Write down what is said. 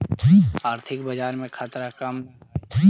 आर्थिक बाजार में खतरा कम न हाई